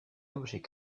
objet